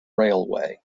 railway